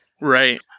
Right